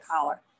collar